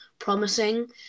Promising